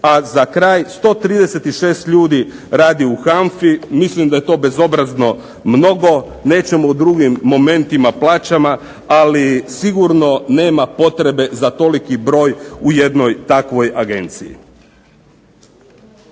a za kraj 136 ljudi radi u HANFA-i, mislim da je to bezobrazno mnogo, nećemo u drugim momentima plaćama, ali sigurno nema potrebe za toliki broj u jednoj takvoj agenciji.